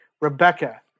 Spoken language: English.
Rebecca